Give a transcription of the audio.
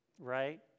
right